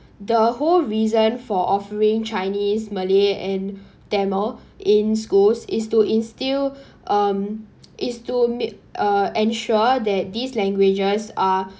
the whole reason for offering chinese malay and tamil in schools is to instil um is to ensure that these languages are